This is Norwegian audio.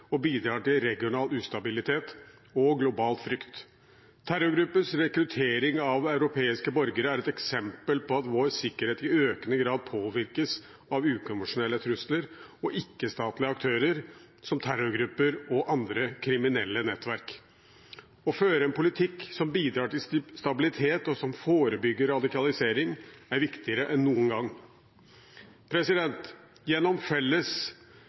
og bidrar til regional ustabilitet og global frykt. Terrorgruppers rekruttering av europeiske borgere er et eksempel på at vår sikkerhet i økende grad påvirkes av ukonvensjonelle trusler og ikke-statlige aktører, som terrorgrupper og andre kriminelle nettverk. Å føre en politikk som bidrar til stabilitet, og som forebygger radikalisering, er viktigere enn noen gang. Gjennom Felles